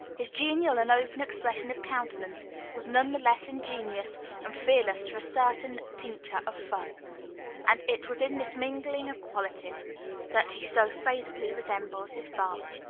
his genial and open expression of countenance was none the less ingenuous and fearless for a certain tincture of fun and it was in this mingling of qualities that he so faithfully resembled his father.